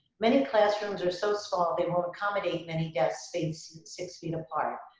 many classrooms are so small they won't accommodate many desks spaced six feet apart.